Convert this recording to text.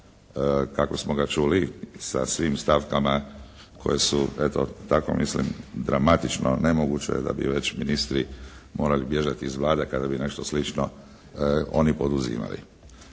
kako smo ga čuli sa svim stavkama koje su eto tako mislim dramatično nemoguće da bi već ministri morali bježati iz Vlade kada bi nešto slično oni poduzimali.